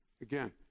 Again